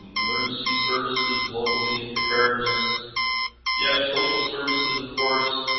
emergency services locally, preparedness yeah social services, of course.